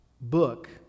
book